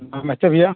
नमस्ते भइया